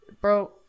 Bro